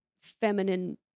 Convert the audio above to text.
feminine